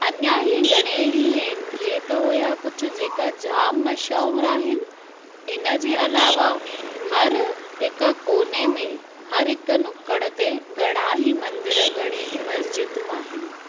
अञा ई घणे ई आहिनि इहे त हुआ कुझु जेका जाम मशहूरु आहिनि इन जे अलावा हर हिकु कोने में हर हिकु नुकड़ ते घणा ई मंदरु घणी ई मस्ज़िदूं आहिनि